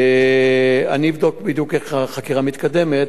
אני אבדוק בדיוק איך החקירה מתקדמת,